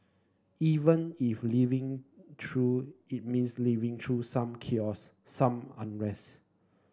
even if living through it means living through some chaos some unrest